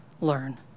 learn